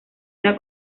una